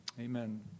Amen